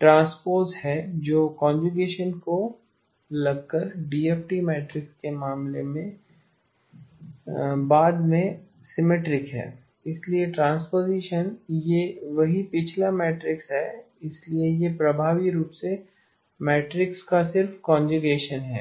transpose है जो conjugation को लग कर है डीएफटी मैट्रिक्स के मामले में के बाद यह सिमेट्रिक है इसलिए ट्रांसपोजिशन यह वही पिछला मैट्रिक्स है इसलिए यह प्रभावी रूप से मैट्रिक्स का सिर्फ कोंज्यूगेशन है